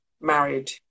married